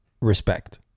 respect